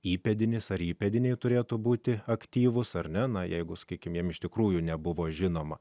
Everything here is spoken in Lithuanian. įpėdinis ar įpėdiniai turėtų būti aktyvūs ar ne na jeigu sakykime jiems iš tikrųjų nebuvo žinoma